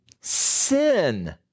sin